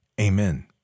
amen